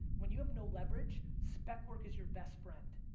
when you have no leverage, spec work is your best friend,